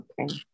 okay